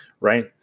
right